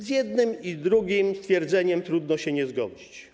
Z jednym i z drugim stwierdzeniem trudno się nie zgodzić.